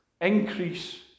Increase